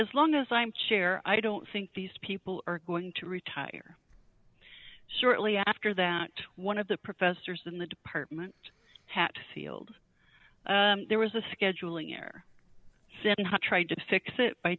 as long as i'm chair i don't think these people are going to retire shortly after that one of the professors in the department hatfield there was a scheduling error seven how try to fix it by